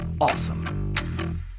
awesome